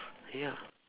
ya